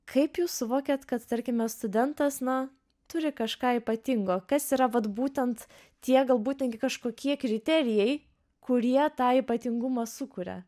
kaip jūs suvokiat kad tarkime studentas na turi kažką ypatingo kas yra vat būtent tie galbūt kažkokie kriterijai kurie tą ypatingumą sukuria